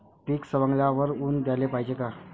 पीक सवंगल्यावर ऊन द्याले पायजे का?